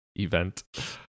event